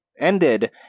ended